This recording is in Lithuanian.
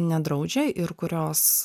nedraudžia ir kurios